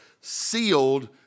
sealed